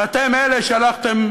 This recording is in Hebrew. ואתם אלה שהלכתם